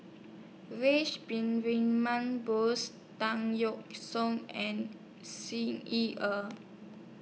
wish been Win Man Bose Tan Yeok Seong and Xi Ye Er